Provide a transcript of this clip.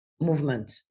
movement